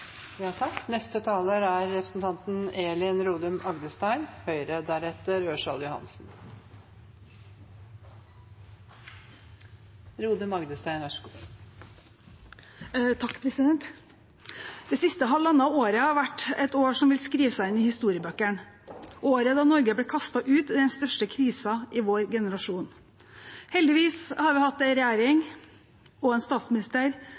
Det siste halvannet året har vært et år som vil skrive seg inn i historiebøkene – året da Norge ble kastet ut i den største krisen i vår generasjon. Heldigvis har vi hatt en regjering og en statsminister